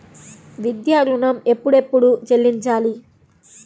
విద్యా ఋణం ఎప్పుడెప్పుడు చెల్లించాలి?